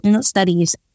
studies